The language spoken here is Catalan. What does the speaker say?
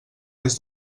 des